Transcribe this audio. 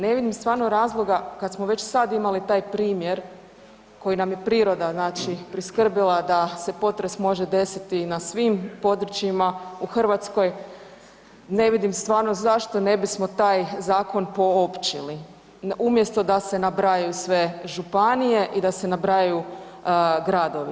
Ne vidim stvarno razloga, kad smo već sad imali taj primjer koji nam je priroda znači priskrbila da se potres može desiti na svim područjima u Hrvatskoj, ne vidim stvarno zašto ne bismo taj zakon poopćili, umjesto da se nabrajaju sve županije i da se nabrajaju gradovi.